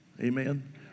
Amen